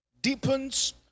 deepens